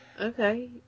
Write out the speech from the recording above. Okay